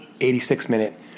86-minute